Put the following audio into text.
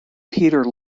peter